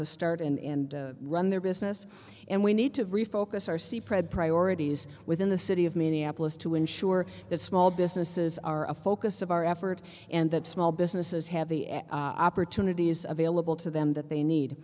to start and run their business and we need to refocus our sea praed priorities within the city of minneapolis to ensure that small businesses are a focus of our effort and that small businesses have the opportunity is available to them that they need